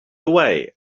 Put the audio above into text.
away